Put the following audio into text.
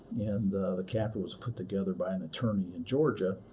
and the capital was put together by an attorney in georgia.